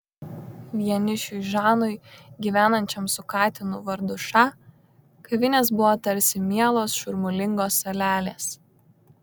vienišiui žanui gyvenančiam su katinu vardu ša kavinės buvo tarsi mielos šurmulingos salelės